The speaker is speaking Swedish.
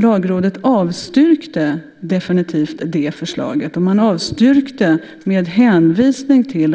Lagrådet avstyrkte definitivt förslaget med hänvisning till